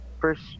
first